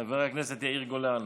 חבר הכנסת יאיר גולן,